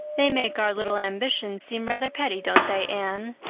they make our little ambitions seem rather petty, don't they, anne?